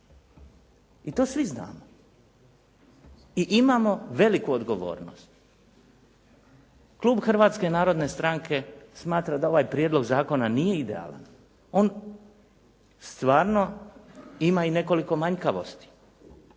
I to svi znamo i imamo veliku odgovornost. Klub Hrvatske narodne stranke smatra da ovaj prijedlog zakona nije idealan. On stvarno ima i nekoliko manjkavosti.